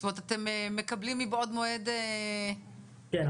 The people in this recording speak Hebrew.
זאת אומרת אתם מקבלים מבעוד מועד נתונים --- כן,